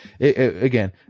again